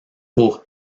pour